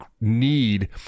need